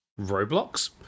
Roblox